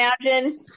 imagine